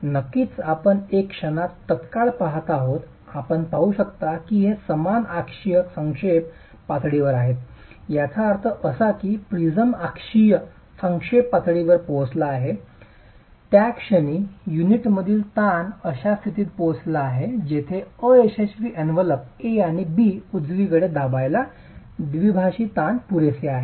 नक्कीच आम्ही एका क्षणात तत्काळ पहात आहोत आपण पाहू शकता की ते समान अक्षीय संक्षेप पातळीवर आहेत याचा अर्थ असा की प्रिझम अक्षीय संक्षेप पातळीवर पोहोचला आहे त्या क्षणी युनिटमधील ताण अशा स्थितीत पोहोचला आहे जेथे अयशस्वी एनवेलोप A B उजवीकडे दाबायला द्विभाषी ताण पुरेसे आहे